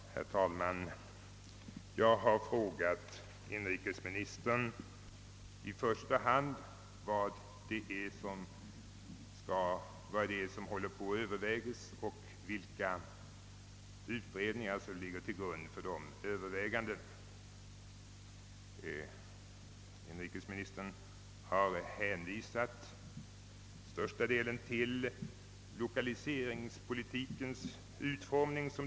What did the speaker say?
Herr talman! Jag har frågat inrikesministern i första hand vad det är som nu överväges och vilka utredningar som ligger till grund för övervägandena. Inrikesministern har i första hand hänvisat till lokaliseringspolitikens nuvarande utformning.